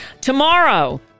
Tomorrow